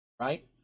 Right